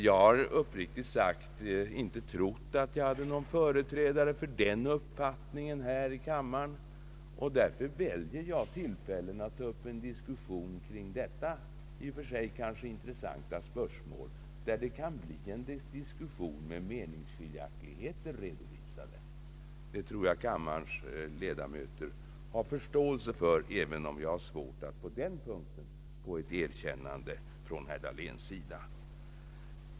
Jag har uppriktigt sagt inte trott att jag hade någon företrädare för en sådan uppfattning här i kammaren, och därför avstod jag från att ta upp en diskussion kring detta kanske i och för sig intressanta spörsmål. Det tror jag att kammarens ledamöter har förståelse för, även om jag har svårt att på den punkten få ett erkännande från herr Dahléns sida.